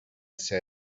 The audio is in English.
said